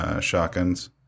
shotguns